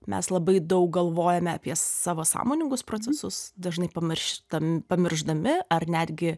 mes labai daug galvojame apie savo sąmoningus procesus dažnai pamirštam pamiršdami ar netgi